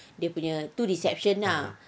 dia punya tu reception ah